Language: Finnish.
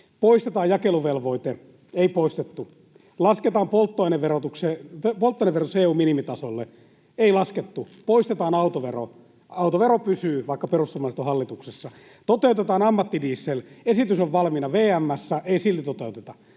Poistetaan jakeluvelvoite — ei poistettu. Lasketaan polttoaineverotus EU:n minimitasolle — ei laskettu. Poistetaan autovero — autovero pysyy, vaikka perussuomalaiset ovat hallituksessa. Toteutetaan ammattidiesel — esitys on valmiina VM:ssä, ei silti toteuteta.